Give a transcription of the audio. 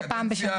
זה פעם בשנה.